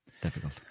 difficult